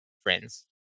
friends